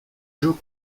joe